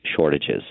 shortages